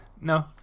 no